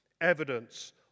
evidence